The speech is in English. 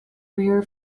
rear